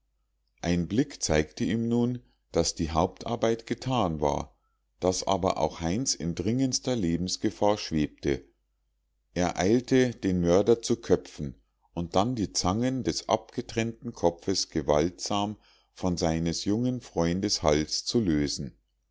ein blick zeigte ihm nun daß die hauptarbeit getan war daß aber auch heinz in dringendster lebensgefahr schwebte er eilte den mörder zu köpfen und dann die zangen des abgetrennten kopfes gewaltsam von seines jungen freundes hals zu lösen